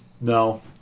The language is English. No